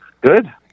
Good